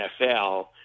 NFL